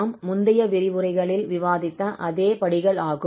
நாம் முந்தைய விரிவுரைகளில் விவாதித்த அதே படிகள் ஆகும்